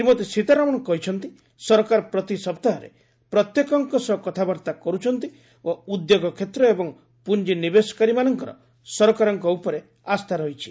ଶ୍ରୀମତୀ ସୀତାରମଣ କହିଛନ୍ତି ସରକାର ପ୍ରତି ସପ୍ତାହରେ ପ୍ରତ୍ୟେକଙ୍କ ସହ କଥାବାର୍ତ୍ତା କରୁଛନ୍ତି ଓ ଉଦ୍ୟୋଗ କ୍ଷେତ୍ର ଏବଂ ପୁଞ୍ଜିନିବେଶକାରୀମାନଙ୍କର ସରକାରଙ୍କ ଉପରେ ଆସ୍ଥା ରହିଛି